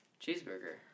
Cheeseburger